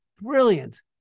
brilliant